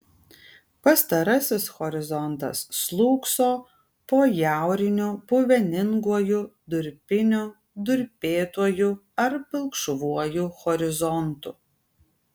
pastarasis horizontas slūgso po jauriniu puveninguoju durpiniu durpėtuoju ar pilkšvuoju horizontu